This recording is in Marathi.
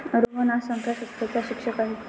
रोहन हा संख्याशास्त्राचा शिक्षक आहे